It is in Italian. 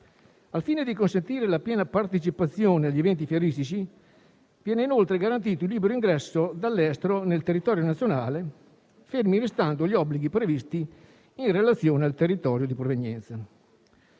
Al fine di consentire la piena partecipazione agli eventi fieristici, viene inoltre garantito il libero ingresso dall'estero nel territorio nazionale, fermi restando gli obblighi previsti in relazione al territorio di provenienza.